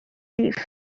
varieties